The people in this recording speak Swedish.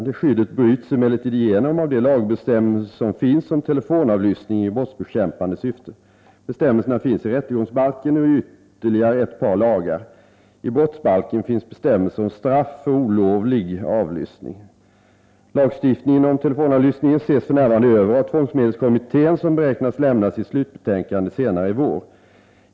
Det skyddet bryts emellertid igenom av de lagbestämmelser som finns om telefonavlyssning i brottsbekämpande syfte. Bestämmelserna finns i rättegångsbalken och i ytterligare ett par lagar. I brottsbalken finns bestämmelser om straff för olovlig avlyssning. Lagstiftningen om telefonavlyssning ses f.n. över av tvångsmedelskommittén som beräknas lämna sitt slutbetänkande senare i vår.